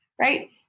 right